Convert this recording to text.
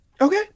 Okay